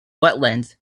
wetlands